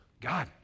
God